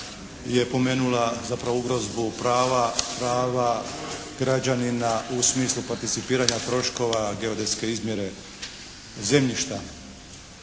je pomenula zapravo ugrozbu prava, prava građanina u smislu participiranja troškova geodetske izmjere zemljišta.